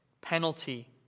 Penalty